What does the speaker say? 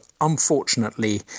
unfortunately